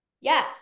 Yes